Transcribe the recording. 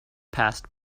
passed